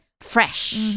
fresh